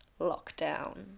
lockdown